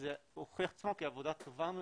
וזה הוכיח את עצמו כעבודה טובה.